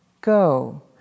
Go